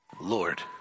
Lord